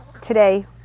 today